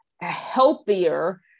healthier